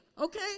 okay